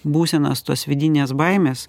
būsenos tos vidinės baimės